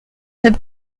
have